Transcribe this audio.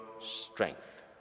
strength